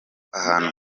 ahantu